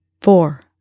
four